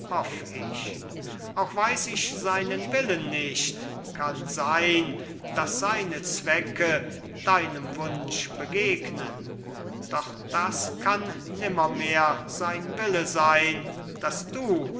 hoff ich auch weiß ich seinen willen nicht kann sein daß seine zwecke deinem wunsch begegnen doch das kann nimmermehr sein wille sein daß du